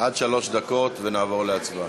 עד שלוש דקות, ונעבור להצבעה.